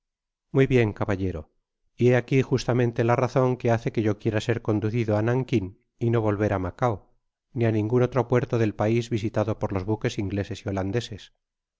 muy bien caballero y hé aqui justamente la razóa que hace que yo quiera ser conducido á nankin y no volver á macao ni á ningun otro puerto del pais visitado por los baques ingleses y holandeses